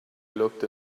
looked